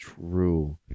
True